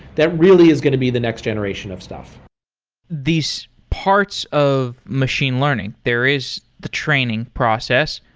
that really is going to be the next generation of stuff these parts of machine learning, there is the training process,